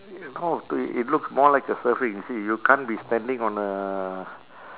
no to i~ it looks more like a surfing you see you can't be standing on a